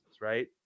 right